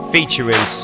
Featuring